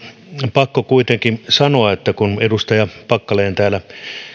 pakko kuitenkin sanoa että kun edustaja packalen täällä